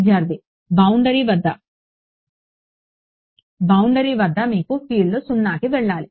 విద్యార్థిబౌండరీ వద్ద బౌండరీ వద్ద మీకు ఫీల్డ్ 0కి వెళ్లాలి